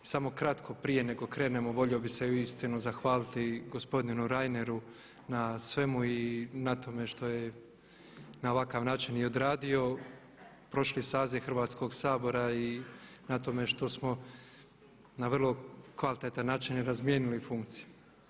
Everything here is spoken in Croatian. Samo kratko, prije nego krenemo volio bih se uistinu zahvaliti gospodinu Reineru na svemu i na tome što je na ovakav način i odradio prošli saziv Hrvatskog sabora i na tome što smo na vrlo kvalitetan način i razmijenili funkcije.